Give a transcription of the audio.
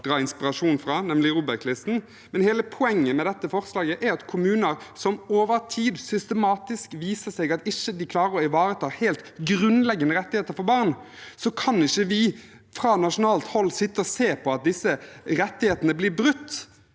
dra inspirasjon fra, nemlig ROBEK-listen, men hele poenget med dette forslaget er at når det gjelder kommuner som det over tid systematisk viser seg ikke klarer å ivareta helt grunnleggende rettigheter for barn, kan vi ikke fra nasjonalt hold sitte og se på at disse rettighetene blir brutt.